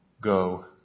Go